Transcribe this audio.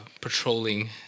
Patrolling